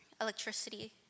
electricity